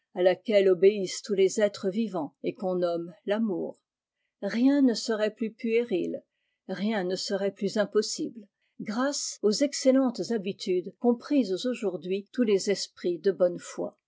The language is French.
à laquelle obéissent tous les êtres vivants et qu'on nomme l'amour rien ne serait plus puéril rien ne serait plus impossible grâce aux excellentes habitudes qu'ont prises aujourd'hui tous les esprits de bonne foi